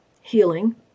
healing